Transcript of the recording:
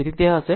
તેથી તે હશે